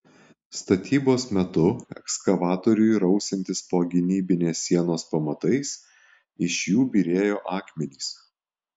statybos metu ekskavatoriui rausiantis po gynybinės sienos pamatais iš jų byrėjo akmenys